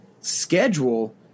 schedule –